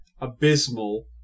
abysmal